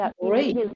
great